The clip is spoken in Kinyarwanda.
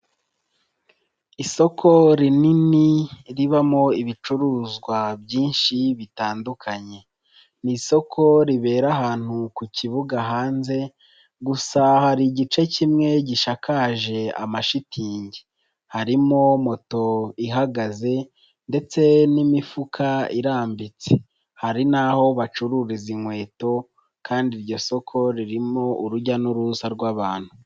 Isoko rinini ribamo ibicuruzwa byinshi bitandukanye ni isoko ribera ahantu ku kibuga hanze gusa hari igice kimwe gishakaje amashitingi, harimo moto ihagaze ndetse n'imifuka irambitse, hari n'aho bacururiza inkweto kandi iryo soko ririmo urujya n'uruza rw'abantu.